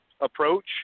approach